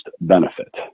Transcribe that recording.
benefit